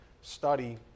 study